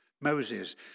Moses